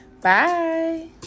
bye